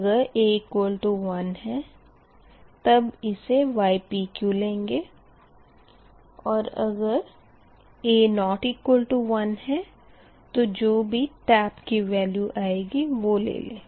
अगर a1 तब इसे ypq लेंगे और अगर a≠1 तो जो भी टेप की वेल्यू आएगी वो ले लें